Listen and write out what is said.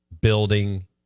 building